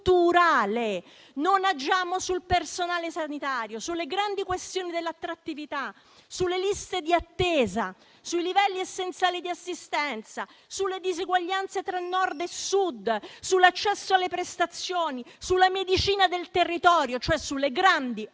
non agiamo sul personale sanitario, sulle grandi questioni dell'attrattività, sulle liste di attesa, sui livelli essenziali di assistenza, sulle diseguaglianze tra Nord e Sud, sull'accesso alle prestazioni, sulla medicina del territorio, cioè sulle grandi riforme